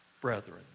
brethren